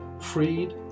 freed